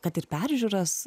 kad ir peržiūras